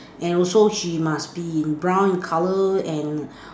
and also she must be in brown in colour and